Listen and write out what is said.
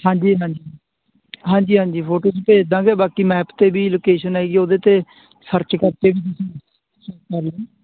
ਹਾਂਜੀ ਹਾਂਜੀ ਹਾਂਜੀ ਹਾਂਜੀ ਫੋਟੋ 'ਚ ਭੇਜ ਦਾਂਗੇ ਬਾਕੀ ਮੈਪ 'ਤੇ ਵੀ ਲੋਕੇਸ਼ਨ ਹੈ ਜੀ ਉੱਹਦੇ 'ਤੇ ਸਰਚ ਕਰਕੇ